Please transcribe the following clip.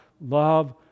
love